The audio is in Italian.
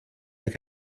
alla